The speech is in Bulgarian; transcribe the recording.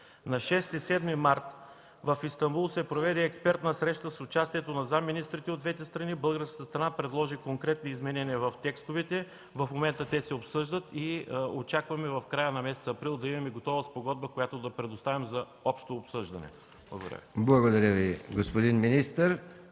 На 6-7 март 2014 г. в Истанбул се проведе експертна среща с участието на заместник министрите от двете страни. Българската страна предложи конкретни изменения в текстовете, в момента те се обсъждат и очакваме в края на месец април да имаме готова спогодба, която да предоставим за общо обсъждане. Благодаря.